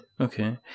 Okay